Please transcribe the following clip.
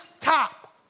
top